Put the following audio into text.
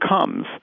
comes